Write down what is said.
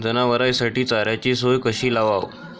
जनावराइसाठी चाऱ्याची सोय कशी लावाव?